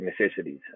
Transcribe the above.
necessities